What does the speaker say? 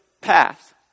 path